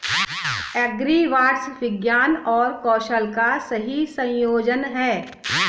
agribots विज्ञान और कौशल का सही संयोजन हैं